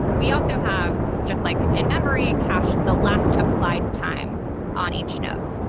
we also have just like in-memory cache the last applied time on each node.